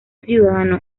ciudadano